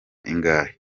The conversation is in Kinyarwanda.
ingahe